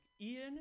Ian